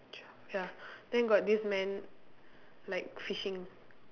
twelve ya then got this man like fishing